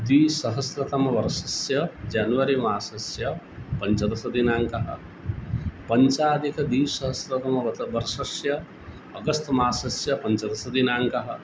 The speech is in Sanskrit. द्विसहस्रतमवर्षस्य जन्वरि मासस्य पञ्चदशदिनाङ्कः पञ्चाधिकद्विसहस्रतम वर्षस्य अगस्त् मासस्य पञ्चदशदिनाङ्कः